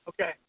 Okay